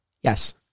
Yes